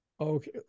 Okay